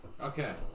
Okay